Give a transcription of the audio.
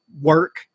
work